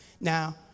now